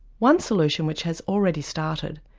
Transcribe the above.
one solution, which has already started,